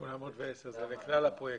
810. זה לכלל הפרויקטים.